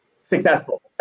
successful